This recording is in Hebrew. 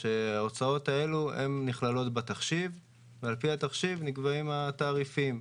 שההוצאות האלה נכללות בתחשיב ועל פי התחשיב נקבעים התעריפים.